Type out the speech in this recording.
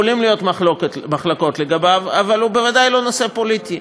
יכולות להיות מחלוקות לגביו אבל הוא בוודאי לא נושא פוליטי.